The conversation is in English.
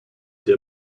des